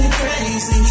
crazy